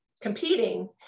competing